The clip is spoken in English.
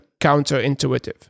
counterintuitive